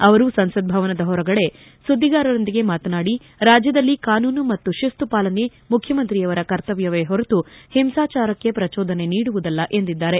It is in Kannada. ಅವರು ಸಂಸತ್ ಭವನದ ಹೊರಗೆ ಸುದ್ದಿಗಾರರೊಂದಿಗೆ ಮಾತನಾಡಿ ರಾಜ್ಗದಲ್ಲಿ ಕಾನೂನು ಮತ್ತು ಶಿಸ್ತು ಪಾಲನೆ ಮುಖ್ಜಮಂತ್ರಿಯವರ ಕರ್ತವ್ಯವೇ ಹೊರತು ಹಿಂಸಾಚಾರಕ್ಕೆ ಪ್ರಜೋದನೆ ನೀಡುವುದಲ್ಲ ಎಂದಿದ್ದಾರೆ